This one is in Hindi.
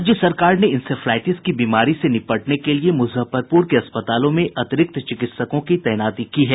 राज्य सरकार ने इंसेफ्लाईटिस की बीमारी से निपटने के लिये मुजफ्फरपुर के अस्पतालों में अतिरिक्त चिकित्सकों की तैनाती की है